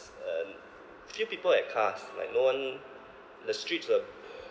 uh few people with cars like no one the streets were